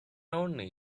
only